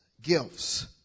gifts